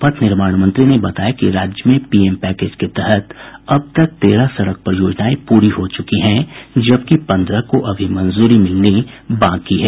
पथ निर्माण मंत्री ने बताया कि राज्य में पीएम पैकेज के तहत अब तक तेरह सड़क परियोजनाएं पूरी हो चुकी हैं जबकि पन्द्रह को अभी मंजूरी मिलनी बाकी है